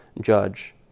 judge